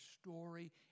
story